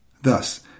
Thus